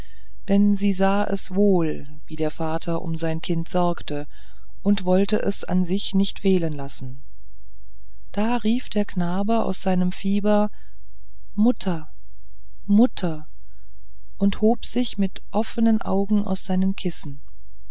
denn sie sah es wohl wie der vater um sein kind sorgte und wollte es an sich nicht fehlen lassen da rief der knabe aus seinem fieber mutter mutter und hob sich mit offenen augen aus seinen kissen